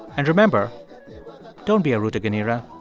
and remember don't be a rutaganira